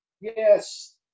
yes